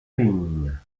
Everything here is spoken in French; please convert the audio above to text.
lignes